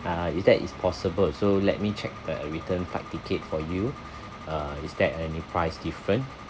uh is that is possible so let me check the return flight ticket for you uh is there any price different